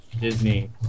Disney